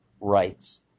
rights